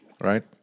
right